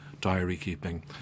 diary-keeping